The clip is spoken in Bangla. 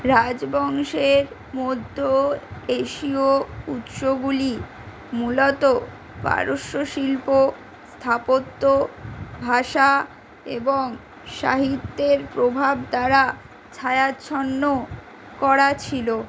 রাজবংশের মধ্য এশীয় উৎসগুলি মূলত পারস্য শিল্প স্থাপত্য ভাষা এবং সাহিত্যের প্রভাব দ্বারা ছায়াচ্ছন্ন করা ছিল